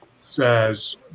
says